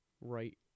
right